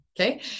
Okay